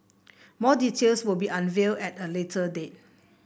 more details will be unveiled at a later date